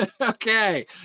Okay